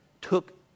took